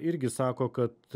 irgi sako kad